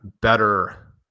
better